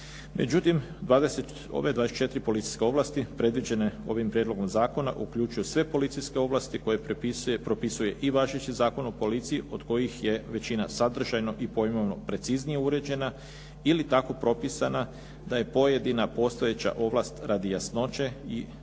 Međutim, ove 24 policijske ovlasti predviđene ovim prijedlogom zakona uključuju sve policijske ovlasti koje propisuje i važeći Zakon o policiji od kojih je većina sadržajno i pojmovno preciznije uređena ili tako propisana da je pojedina postojeća ovlast radi jasnoće i ekonomičnije